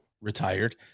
retired